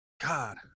God